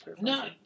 No